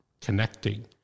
connecting